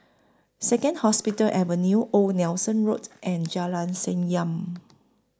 Second Hospital Avenue Old Nelson Road and Jalan Senyum